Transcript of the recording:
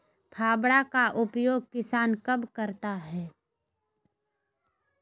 फावड़ा का उपयोग किसान कब करता है?